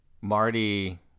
Marty